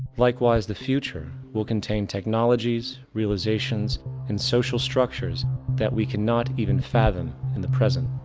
likewise, the future will contain technologies, realizations and social structures that we cannot even fathom in the present.